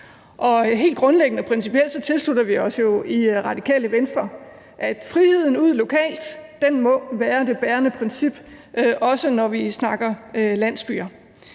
Helt grundlæggende og principielt tilslutter vi os jo i Radikale Venstre, at friheden ude lokalt må være det bærende princip, også når vi snakker landsbyer.